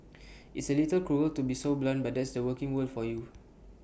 it's A little cruel to be so blunt but that's the working world for you